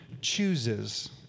chooses